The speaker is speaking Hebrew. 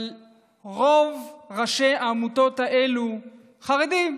אבל רוב ראשי העמותות האלה חרדים.